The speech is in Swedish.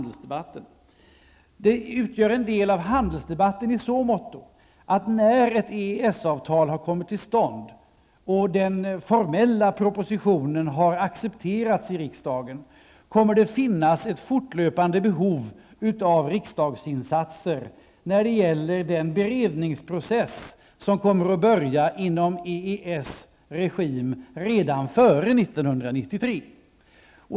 Det behovet utgör en del av handelsdebatten i så måtto att när ett EES-avtal har kommit till stånd och den formella propositionen har antagits av riksdagen, kommer det att finnas ett fortlöpande behov av riksdagsinsatser när det gäller den beredningsprocess som kommer att påbörjas inom EES regim redan före 1993.